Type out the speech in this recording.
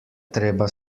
treba